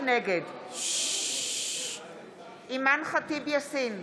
נגד אימאן ח'טיב יאסין,